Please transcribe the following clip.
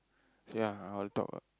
ya I'll talk